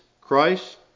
Christ